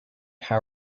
how